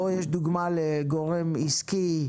פה יש דוגמה לגורם עסקי,